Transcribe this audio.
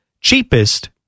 Cheapest